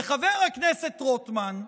וחבר הכנסת רוטמן,